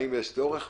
האם יש צורך,